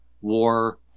war